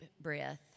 breath